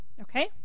Okay